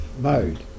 mode